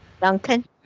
Duncan